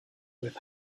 with